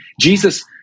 Jesus